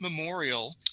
memorial